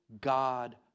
God